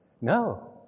No